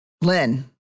Lynn